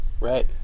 Right